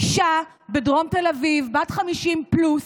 אישה בדרום תל אביב בת 50 פלוס,